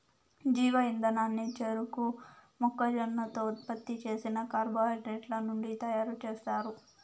జీవ ఇంధనాన్ని చెరకు, మొక్కజొన్నతో ఉత్పత్తి చేసిన కార్బోహైడ్రేట్ల నుంచి తయారుచేస్తారు